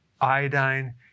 iodine